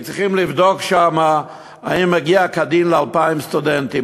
כי צריכים לבדוק שם האם מגיע כדין ל-2,000 סטודנטים?